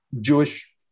Jewish